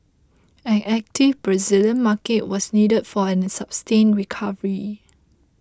an active Brazilian market was needed for any sustained recovery